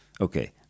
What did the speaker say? Okay